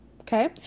okay